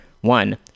One